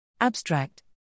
Abstract